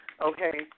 Okay